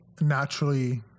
naturally